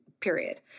period